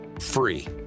free